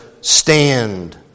stand